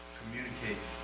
communicates